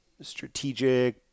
strategic